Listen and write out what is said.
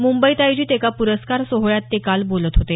मुंबईत आयोजित एका पुरस्कार सोहळ्यात काल ते बोलत होते